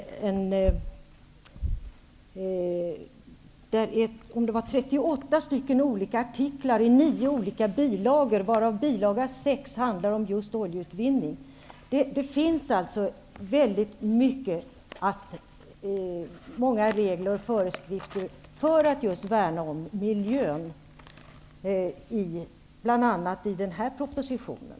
Det är 38 olika artiklar i 9 olika bilagor, varav bilaga 6 handlar om just oljeutvinning. Det finns bl.a. i den här propositionen väldigt många regler och föreskrifter för att just värna om miljön.